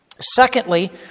Secondly